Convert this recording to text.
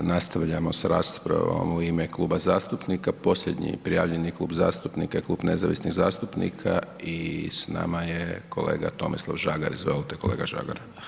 Nastavljamo sa raspravom u ime kluba zastupnika, posljednji prijavljeni klub zastupnika je Klub nezavisnih zastupnika i s nama je kolega Tomislav Žagar, izvolite kolega Žagar.